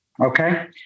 Okay